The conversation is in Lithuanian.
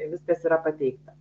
viskas yra pateikta